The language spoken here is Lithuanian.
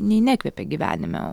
nei nekvepia gyvenime